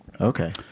okay